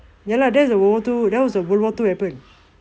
ya lah that was a world war two a world war two weapon